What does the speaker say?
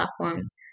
platforms